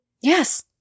Yes